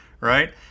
right